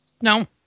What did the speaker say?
No